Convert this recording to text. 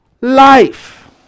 life